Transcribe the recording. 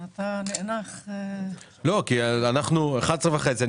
אתה נאנח כאילו --- כי כבר 11:30 ואני